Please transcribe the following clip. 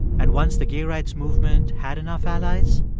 and once the gay rights movement had enough allies,